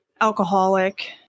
alcoholic